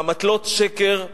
באמתלות שקר נכנסו,